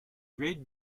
red